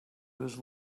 was